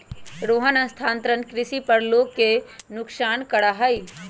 रोहन स्थानांतरण कृषि पर लोग के नुकसान करा हई